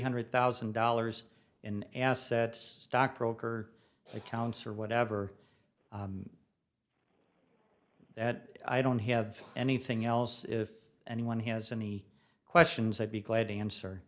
hundred thousand dollars in assets stockbroker accounts or whatever that i don't have anything else if anyone has any questions i'd be glad to answer